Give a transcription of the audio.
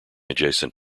adjacent